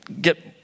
get